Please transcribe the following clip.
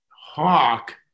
Hawk